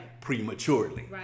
prematurely